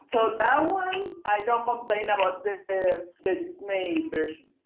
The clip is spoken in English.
so that one. i don't complain about the disney version,